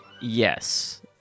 Yes